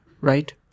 right